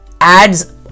adds